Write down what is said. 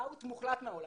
ב-אאוט מוחלט מהעולם,